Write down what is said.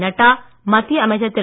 நட்டா மத்திய அமைச்சர் திரு